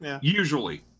Usually